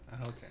Okay